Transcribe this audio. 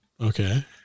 Okay